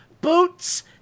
boots